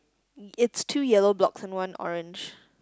it's two yellow blocks and one orange